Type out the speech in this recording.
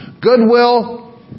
goodwill